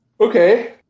Okay